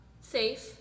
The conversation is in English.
safe